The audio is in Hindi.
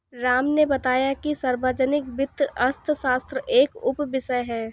राम ने बताया कि सार्वजनिक वित्त अर्थशास्त्र का एक उपविषय है